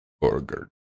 Burger